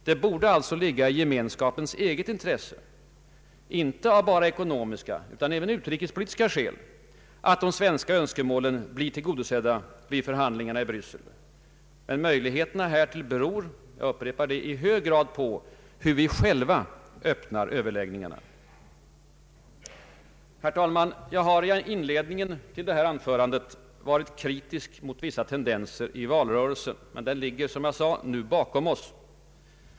Det borde alltså ligga i Gemenskapens eget intresse — inte av bara ekonomiska utan även utrikespolitiska skäl — att de svenska önskemålen blir tillgodosedda vid förhandlingarna i Bryssel. Möjligheterna härtill beror — jag upprepar det — i hög grad på hur vi själva öppnar överläggningarna. Herr talman! Jag har i inledningen till detta anförande varit kritisk mot vissa tendenser i valrörelsen, men den ligger, som jag sade, nu bakom oss.